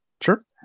Sure